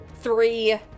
three